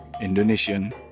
Indonesian